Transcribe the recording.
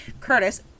Curtis